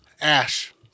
ash